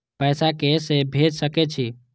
पैसा के से भेज सके छी?